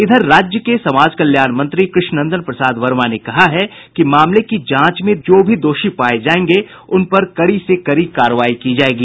इधर राज्य के समाज कल्याण मंत्री कृष्णनंदन प्रसाद वर्मा ने कहा है कि मामले की जांच में जो भी दोषी पाये जायेगें उनपर कड़ी से कड़ी कार्रवाई की जायेगी